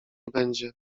będzie